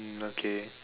um okay